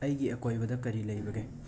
ꯑꯩꯒꯤ ꯑꯀꯣꯏꯕꯗ ꯀꯔꯤ ꯂꯩꯕꯒꯦ